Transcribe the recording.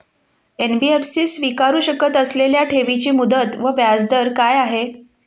NBFC स्वीकारु शकत असलेल्या ठेवीची मुदत व व्याजदर काय आहे?